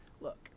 look